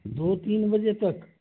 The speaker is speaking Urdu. دو تین بجے تک